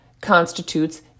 constitutes